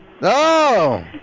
No